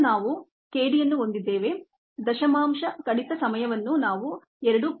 ಈಗ ನಾವು k d ಯನ್ನುಹೊಂದಿದ್ದೇವೆ ಡೆಸಿಮಲ್ ರಿಡೆಕ್ಷನ್ ಟೈಮ್ ಅನ್ನು ನಾವು 2